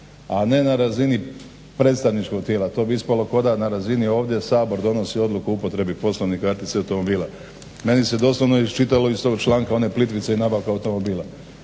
a ne na razini predstavničkog tijela. To bi ispalo kao da na razini ovdje Sabor donosi odluku o upotrebi poslovnih kartica i automobila. Meni se doslovno iščitalo iz tog članka one Plitvice i nabavka automobila.